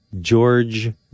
George